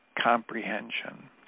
comprehension